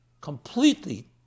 completely